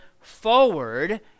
forward